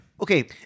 Okay